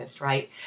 right